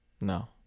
No